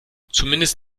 zumindest